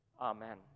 Amen